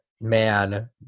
Man